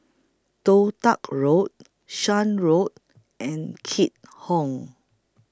Toh Tuck Road Shan Road and Keat Hong